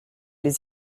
les